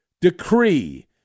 decree